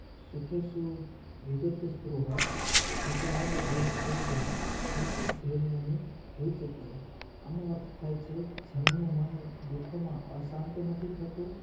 સુખેસુ વિગત સપૃહ વીતરાગ ભય ક્રોધઃ સ્થિત ધીર્મુની રૂચતે આમનો અર્થ થાય છે જેમનું મન દુઃખોમાં અશાંત નથી થતું